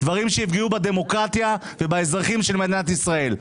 דברים שיפגעו בדמוקרטיה ובאזרחים של מדינת ישראל.